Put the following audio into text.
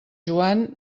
joan